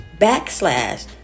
backslash